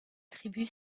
tribu